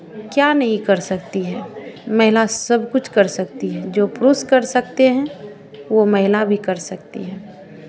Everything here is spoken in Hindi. क्या नहीं कर सकती है महिला सब कुछ कर सकती है जो पुरुष कर सकते हैं वो महिला भी कर सकती है